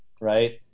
right